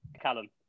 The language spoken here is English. Callum